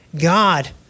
God